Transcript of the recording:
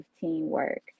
teamwork